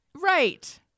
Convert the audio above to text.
Right